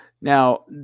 Now